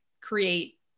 create